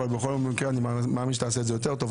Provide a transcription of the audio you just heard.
אבל אני מאמין שתעשה את זה יותר טוב,